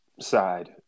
side